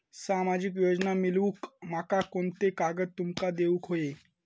सामाजिक योजना मिलवूक माका कोनते कागद तुमका देऊक व्हये?